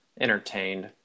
entertained